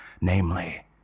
namely